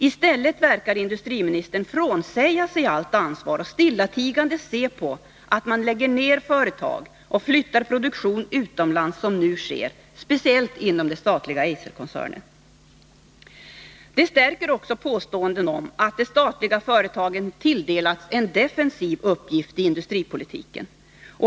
I stället verkar industriministern frånsäga sig allt ansvar och stillatigande se på när man lägger ned företag och flyttar produktion utomlands, som nu sker, speciellt inom den statliga Eiserkoncernen. Det stärker också påståenden om att de statliga företagen har tilldelats en defensiv uppgift i industripolitiken.